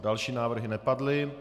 Další návrhy nepadly.